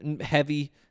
heavy